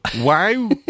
Wow